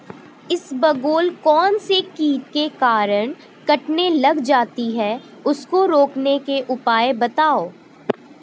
इसबगोल कौनसे कीट के कारण कटने लग जाती है उसको रोकने के उपाय बताओ?